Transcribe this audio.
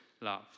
love